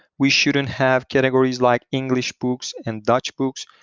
we shouldn't have categories like english books and dutch books.